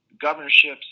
governorships